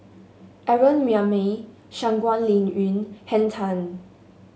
Aaron Maniam Shangguan Liuyun Henn Tan